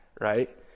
right